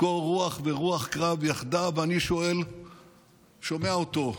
קור רוח ורוח קרב יחדיו, ואני שומע אותו,